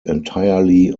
entirely